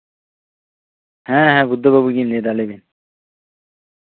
ᱦᱮᱸ ᱵᱩᱫᱽᱫᱷᱚ ᱵᱟᱹᱵᱩᱞᱤᱧ ᱞᱟᱹᱭᱫᱟ ᱞᱟᱹᱭᱵᱤᱱ